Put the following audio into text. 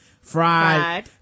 fried